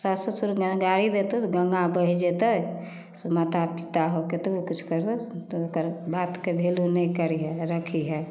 सास ससुर माइ गारि देतौ गङ्गा बहि जेतै माता पिता हो कतबो किछु करबै तऽ ओकर बातके वैल्यू नहि करिहे रखिहे